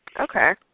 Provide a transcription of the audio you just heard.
Okay